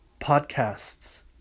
podcasts